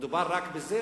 מדובר רק בזה?